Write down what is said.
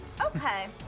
Okay